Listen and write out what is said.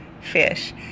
fish